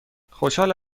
خوشحال